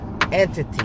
entity